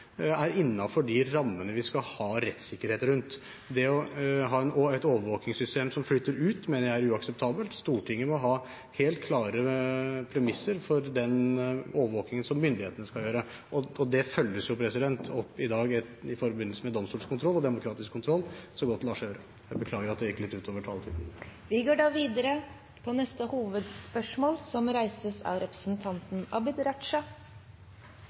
å ha et overvåkingssystem som flyter ut, mener jeg er uakseptabelt. Stortinget må ha helt klare premisser for den overvåkingen som myndighetene skal gjøre. Det følges opp i dag i forbindelse med domstolskontroll og demokratisk kontroll – så godt det lar seg gjøre. Jeg beklager at jeg gikk litt utover taletiden. Vi går da videre til neste hovedspørsmål. Jeg tenkte jeg skulle gi justisministeren en hvilepause. Transportsektoren står for om lag 26 pst. av